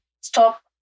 stop